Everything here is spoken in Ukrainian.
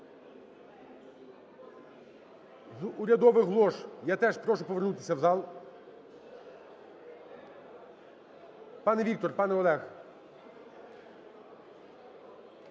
З урядових лож я теж прошу повернутися в зал. Пане Віктор, пане Олег.